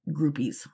groupies